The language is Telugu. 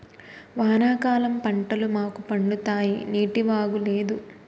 వానాకాలం పంటలు మాకు పండుతాయి నీటివాగు లేదు